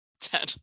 Ten